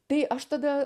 tai aš tada